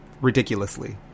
ridiculously